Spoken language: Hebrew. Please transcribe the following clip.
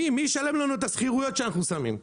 מי ישלם לנו את השכירויות שאנחנו שמים?